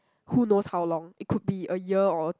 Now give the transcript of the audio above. who knows how long it could be a year or